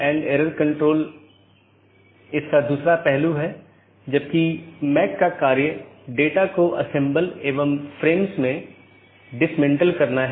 और BGP protocol के तहत एक BGP डिवाइस R6 को EBGP के माध्यम से BGP R1 से जुड़ा हुआ है वहीँ BGP R3 को BGP अपडेट किया गया है और ऐसा ही और आगे भी है